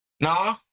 Nah